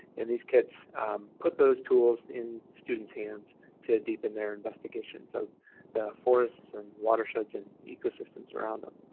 and these kits put those tools in students hands to deepen their investigations of the forests and watersheds and ecosystems around them.